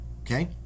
okay